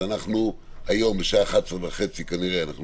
אז היום בשעה 11:30 כנראה,